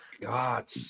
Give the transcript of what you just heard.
God